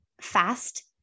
fast